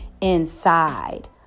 inside